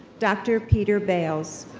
dr. peter bales.